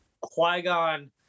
Qui-Gon